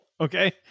Okay